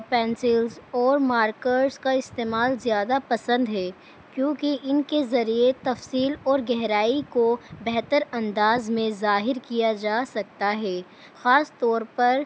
pencils اور markers کا استعمال زیادہ پسند ہے کیونکہ ان کے ذریعے تفصیل اور گہرائی کو بہتر انداز میں ظاہر کیا جا سکتا ہے خاص طور پر